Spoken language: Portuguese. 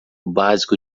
básico